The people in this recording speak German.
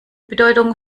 bedeutung